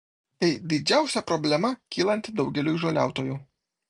tai didžiausia problema kylanti daugeliui žoliautojų